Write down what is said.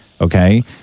okay